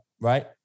right